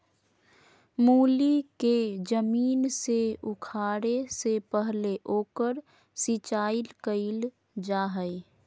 मूली के जमीन से उखाड़े से पहले ओकर सिंचाई कईल जा हइ